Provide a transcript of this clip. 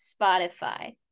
Spotify